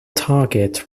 target